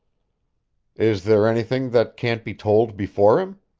is there anything that can't be told before him?